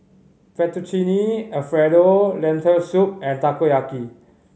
Fettuccine Alfredo Lentil Soup and Takoyaki